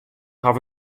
haw